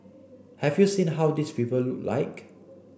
have you seen how these people look like